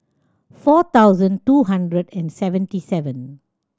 four thousand two hundred and seventy seven